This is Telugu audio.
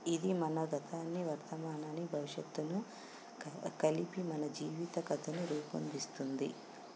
ఇది మన గతాన్ని వర్తమానాన్ని భవిష్యత్తును కలిపి మన జీవిత కథను రూపొందిస్తుంది